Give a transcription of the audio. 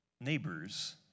neighbors